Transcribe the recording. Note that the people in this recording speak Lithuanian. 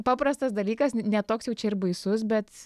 paprastas dalykas ne toks jau čia ir baisus bet